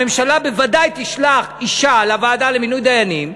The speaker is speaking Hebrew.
הממשלה בוודאי תשלח אישה לוועדה למינוי דיינים,